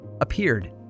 appeared